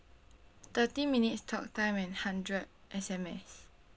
thirty minutes talk time and hundred S_M_S